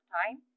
time